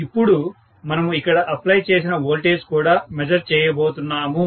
ఇపుడు మనము ఇక్కడ అప్లై చేసిన వోోల్టేజ్ ని కూడా మెజర్ చేయబోతున్నాము